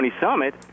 summit